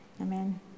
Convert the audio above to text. amen